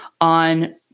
on